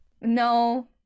No